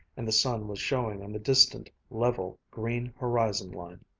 and the sun was showing on the distant, level, green horizon-line.